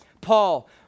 Paul